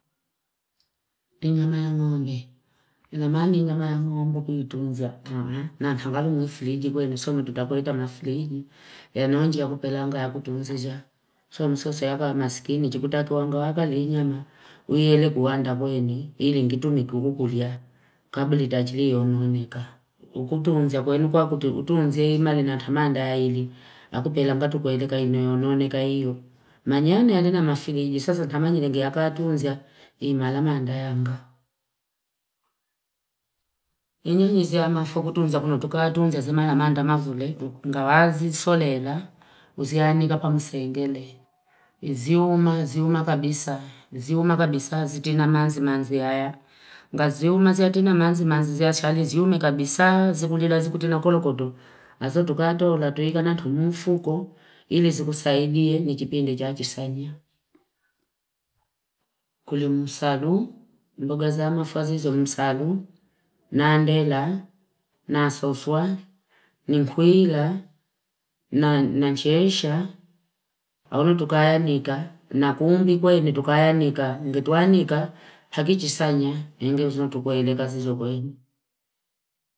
Ni nyama ya mwombe. Na mani ni nyama ya mwombo kuhitunza. Na anahangalu kwenye filiji kwenye sumi. Tutakorita mafiliji. Yanonji ya kupelanga ya kutunza jya. Sumi sosa yako masikini. Chikutaki wangu wakali inyama. Uyele kuhanda kwenye. Ili kitu mikugugulia. Kabli tachili yononika. Ukutunza kwenye. Nikuwa kutunza hii mali natamanda mavule. Akupelanga tu kuhileka yononika iyo. Manyane yanina mafiliji. Kisosotama nyingi ya kutunza hii ndambala ya mmba. Nyingi yama fo tukutunza kunu tukatunza zimala manada mavule ngawazi solela zianika kamsengele inziuma nziuma kabisa zizti na mazi mazi aya ngaziuma siyatema manzi manzi mnzi ziya shaliziumi kabisaa zikundila zikutumila kolokotu azo zikatolo natui ika natumufuko ili zikusaidie ni chipindi chachu sanya, kuli msalu mboga zamafasi zuli msalu nandela nasufwa ni kuila na nachemsha olutukanika nakuludi kwnei tukaanika, ningetukanika hangichisanya ingezumtu kweile kazi ndo koila.